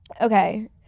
Okay